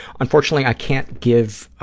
unfortunately, i can't give